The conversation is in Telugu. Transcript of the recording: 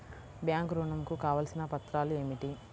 బ్యాంక్ ఋణం కు కావలసిన పత్రాలు ఏమిటి?